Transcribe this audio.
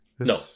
No